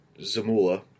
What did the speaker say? Zamula